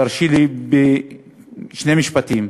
תרשי לי, בשני משפטים: